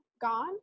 gone